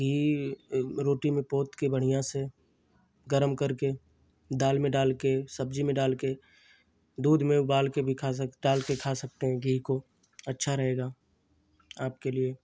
घी रोटी में पोतकर बढ़ियाँ से गरम करके दाल में डालकर सब्ज़ी में डालकर दूध में उबालकर डालकर भी खा सकते हैं घी तो अच्छा रहेगा आपके लिए